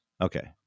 Okay